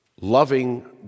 loving